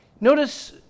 Notice